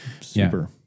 super